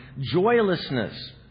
joylessness